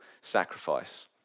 sacrifice